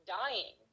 dying